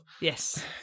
Yes